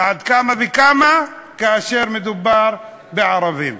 ועל אחת כמה וכמה כאשר מדובר בערבים.